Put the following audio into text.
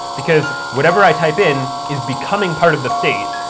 because whatever i type in is becoming part of the state.